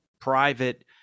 private